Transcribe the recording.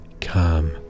calm